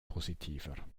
positiver